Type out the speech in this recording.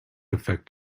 effect